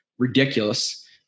ridiculous